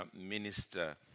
minister